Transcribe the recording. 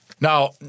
now